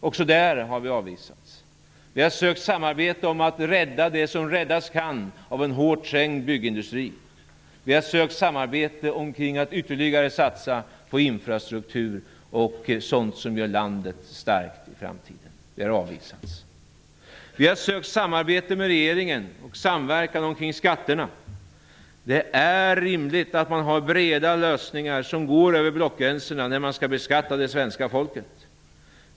Också där har vi avvisats. Vi har sökt samarbete om att rädda det som räddas kan av en hårt trängd byggindustri. Vi har sökt samarbete omkring att ytterligare satsa på infrastruktur och sådant som gör landet starkt i framtiden. Det har avvisats. Vi har sökt samarbete och samverkan med regeringen omkring skatterna. Det är rimligt att man har breda lösningar som går över blockgränsen när man skall beskatta det svenska folket.